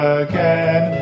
again